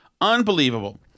Unbelievable